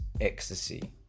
ecstasy